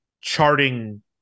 charting